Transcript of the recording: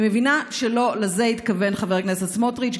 אני מבינה שלא לזה התכוון חבר הכנסת סמוטריץ'.